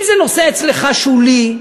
אם זה נושא שולי אצלך,